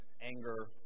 anger